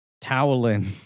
toweling